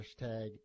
hashtag